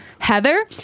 Heather